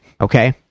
okay